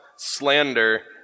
Slander